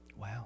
Wow